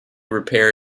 repair